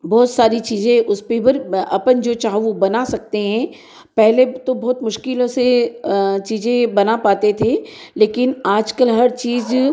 बहुत सारी चीज़ें उसपे वर अपन जो चाहो वो बना सकते हैं पहले तो बहुत मुश्किलों से चीज़ें बना पाते थे लेकिन आजकल हर चीज